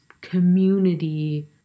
community